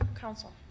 council